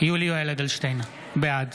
יולי יואל אדלשטיין, בעד